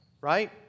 Right